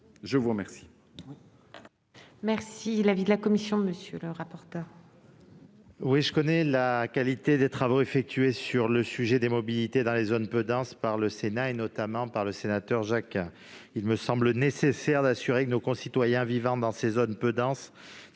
Je vous remercie,